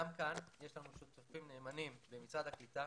גם כאן יש לנו שותפים נאמנים במשרד הקליטה